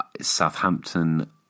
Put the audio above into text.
Southampton